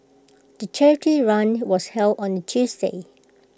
the charity run was held on A Tuesday